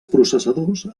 processadors